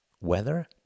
weather